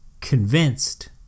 convinced